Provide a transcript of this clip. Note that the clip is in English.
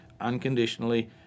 unconditionally